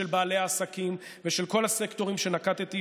של בעלי העסקים ושל כל הסקטורים שנקבתי